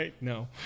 No